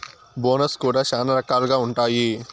bonus కూడా శ్యానా రకాలుగా ఉంటాయి